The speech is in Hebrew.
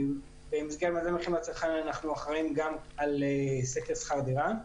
במסגרת מדד המחירים לצרכן אנחנו אחראיים גם על סקר שכר דירה.